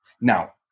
Now